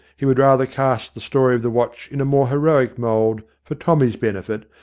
he would rather cast the story of the watch in a more heroic mould, for tommy's benefit,